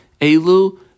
Elu